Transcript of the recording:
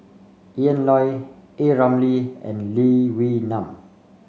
Ian Loy A Ramli and Lee Wee Nam